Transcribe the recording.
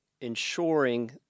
ensuring